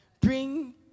Bring